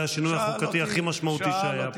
השינוי החוקתי הכי משמעותי שהיה פה.